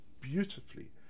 beautifully